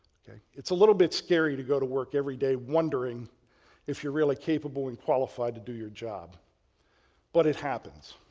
ok? it's a little bit scary to go to work every day wondering if you're really capable and qualified to do your job but it happens.